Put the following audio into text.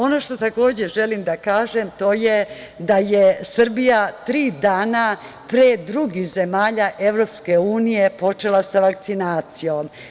Ono što takođe želim da kažem to je da je Srbija tri dana pre drugih zemalja EU počela sa vakcinacijom.